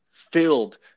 filled